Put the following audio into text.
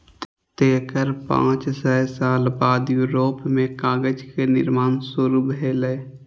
तेकर पांच सय साल बाद यूरोप मे कागज के निर्माण शुरू भेलै